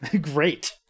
Great